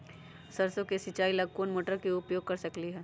सरसों के सिचाई ला कोंन मोटर के उपयोग कर सकली ह?